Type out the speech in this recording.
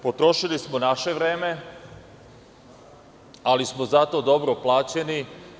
Potrošili smo naše vreme, ali smo zato dobro plaćeni.